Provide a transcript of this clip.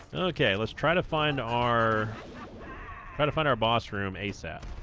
okay let's try to find our try to find our boss room asap